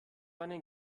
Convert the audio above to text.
einen